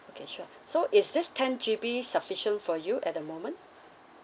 okay sure so is this ten G_B sufficient for you at the moment